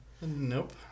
Nope